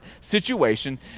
situation